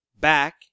back